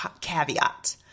caveat